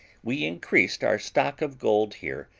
we increased our stock of gold here,